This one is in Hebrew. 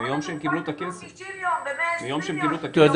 חברות התעופה קיבלו 90 יום ו-120 יום --- זה מיום שהם קיבלו את הכסף.